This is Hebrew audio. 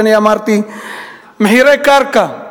מחירי הקרקע,